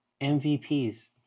MVPs